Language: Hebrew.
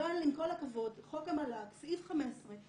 אבל עם כל הכבוד, חוק המל"ג , סעיף 15 מגדיר